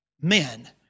men